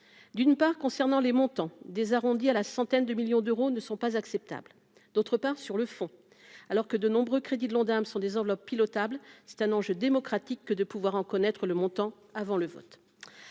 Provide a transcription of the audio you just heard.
d'une part, concernant les montants des arrondis à la centaine de millions d'euros ne sont pas acceptables, d'autre part, sur le fond, alors que de nombreux crédits de l'Ondam sont des enveloppes pilotable, c'est un enjeu démocratique que de pouvoir en connaître le montant avant le vote,